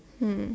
hmm